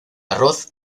arroz